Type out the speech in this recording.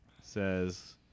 says